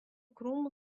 krūmų